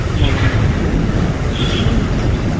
no one will ring you, but you can ring out.